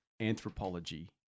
anthropology